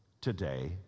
today